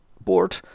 board